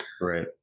Right